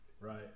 Right